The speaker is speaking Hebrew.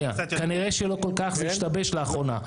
כנראה שלא כל כך, זה השתבש לאחרונה.